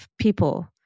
people